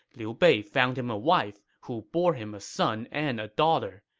liu bei found him a wife, who bore him a son and a daughter.